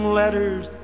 letters